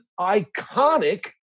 iconic